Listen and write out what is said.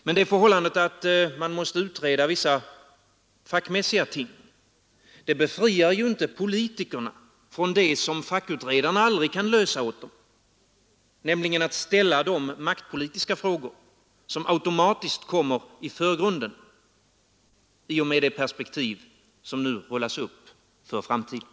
Men det förhållandet att man måste utreda vissa fackmässiga ting befriar inte politikerna från det som fackutredarna aldrig kan göra åt dem, nämligen att ställa de maktpolitiska frågor som automatiskt kommer i förgrunden i och med det perspektiv som nu rullas upp för framtiden.